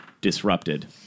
Disrupted